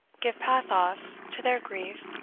give pathos to their grief,